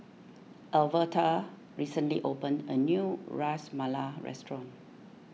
Alverta recently opened a new Ras Malai restaurant